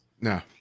no